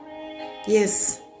Yes